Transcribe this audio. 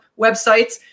websites